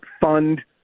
fund